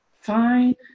Fine